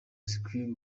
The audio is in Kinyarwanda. zikwiye